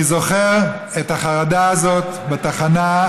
אני זוכר את החרדה הזאת בתחנה,